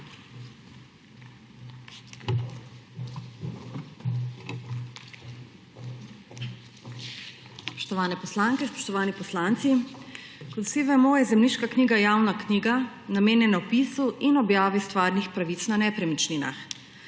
Spoštovane poslanke, spoštovani poslanci! Kot vsi vemo, je zemljiška knjiga javna knjiga, namenjena vpisu in objavi stvarnih pravic na nepremičninah.